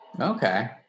okay